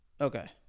Okay